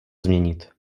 změnit